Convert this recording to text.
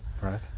Right